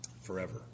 forever